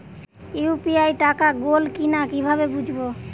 UPI টাকা গোল কিনা কিভাবে বুঝব?